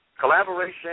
Collaboration